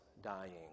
dying